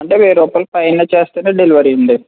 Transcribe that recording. అంటే వెయ్యిరూపాయలు పైన చేస్తేనే డెలివరీ అండి